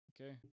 Okay